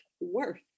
worth